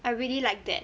I really like that